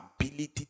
ability